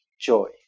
joy